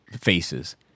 faces